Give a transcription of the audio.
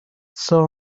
saw